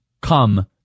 come